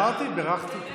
אז אמרתי, בירכתי,